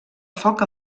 foc